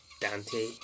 Dante